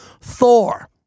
Thor